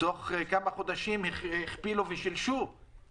בתוך כמה חודשים הכפילו ושילשו את הונם,